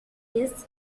his